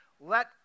Let